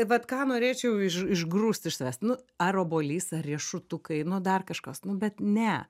vat ką norėčiau iš išgrūst iš savęs nu ar obuolys ar riešutukai nu dar kažkas nu bet ne